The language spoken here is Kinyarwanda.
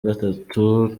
gatatu